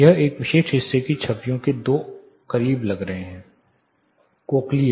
यह इस विशेष हिस्से की छवियों के दो करीब लग रहे हैं कोक्लीअ